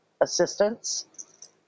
assistance